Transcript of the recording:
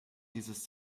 dieses